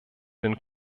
den